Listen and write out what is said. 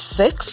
six